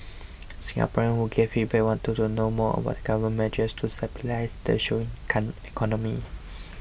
Singaporeans who gave feedback wanted to know more about Government measures to stabilise the showing come economy